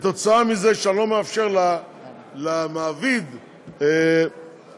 כתוצאה מזה שאני לא מאפשר למעביד להשעות